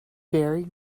very